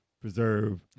preserve